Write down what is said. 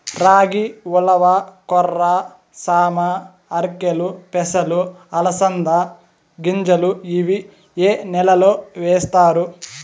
రాగి, ఉలవ, కొర్ర, సామ, ఆర్కెలు, పెసలు, అలసంద గింజలు ఇవి ఏ నెలలో వేస్తారు?